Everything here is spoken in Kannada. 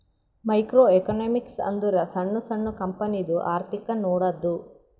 ಮೈಕ್ರೋ ಎಕನಾಮಿಕ್ಸ್ ಅಂದುರ್ ಸಣ್ಣು ಸಣ್ಣು ಕಂಪನಿದು ಅರ್ಥಿಕ್ ನೋಡದ್ದು